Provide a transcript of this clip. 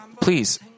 Please